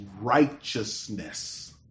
righteousness